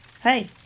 Hey